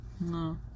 No